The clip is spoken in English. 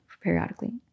periodically